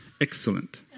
Excellent